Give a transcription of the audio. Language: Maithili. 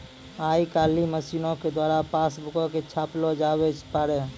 आइ काल्हि मशीनो के द्वारा पासबुको के छापलो जावै पारै